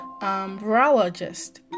virologist